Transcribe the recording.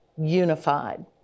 unified